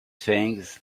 things